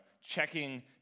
checking